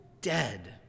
dead